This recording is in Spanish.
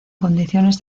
condiciones